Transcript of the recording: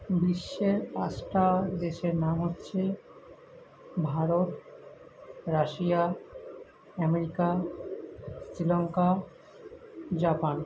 বিশ্বের পাঁচটা দেশের নাম হচ্ছে Bharat Russia America Sri Lanka Japan